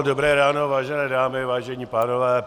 Dobré ráno, vážené dámy, vážení pánové.